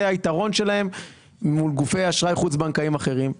זה היתרון שלהן מול גופי אשראי חוץ בנקאיים אחרים.